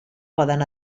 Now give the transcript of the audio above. poden